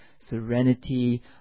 serenity